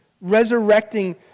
resurrecting